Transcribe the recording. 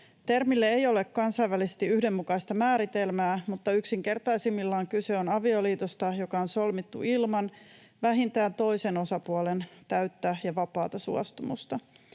Termille ei ole kansainvälisesti yhdenmukaista määritelmää, mutta yksinkertaisimmillaan kyse on avioliitosta, joka on solmittu ilman vähintään toisen osapuolen täyttä ja vapaata suostumusta.